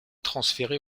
transféré